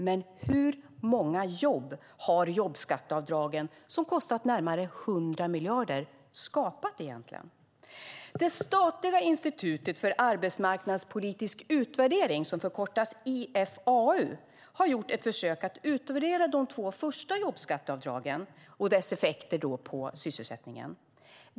Men hur många jobb har jobbskatteavdragen, som kostat närmare 100 miljarder, egentligen skapat? Det statliga institutet för arbetsmarknadspolitisk utvärdering, IFAU, har gjort ett försök att utvärdera de två första jobbskatteavdragens effekter på sysselsättningen.